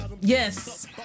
Yes